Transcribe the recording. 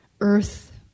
earth